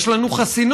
יש לנו חסינות,